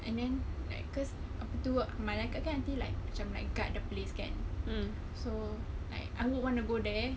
and then like cause apa tu malaikat kan nanti like macam like guard the place kan so like I would want to go there